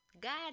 God